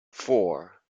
four